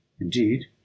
indeed